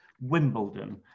Wimbledon